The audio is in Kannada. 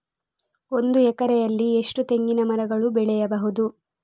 ಒಂದು ಎಕರೆಯಲ್ಲಿ ಎಷ್ಟು ತೆಂಗಿನಮರಗಳು ಬೆಳೆಯಬಹುದು?